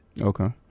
Okay